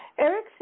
Eric